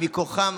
שמכוחה,